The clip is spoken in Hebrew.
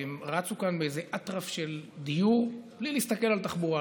רצו כאן באיזה אטרף של דיור בלי להסתכל על תחבורה,